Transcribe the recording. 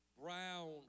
brown